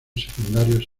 secundarios